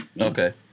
Okay